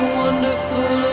wonderful